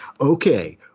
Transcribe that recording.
okay